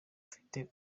mfite